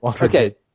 Okay